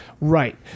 right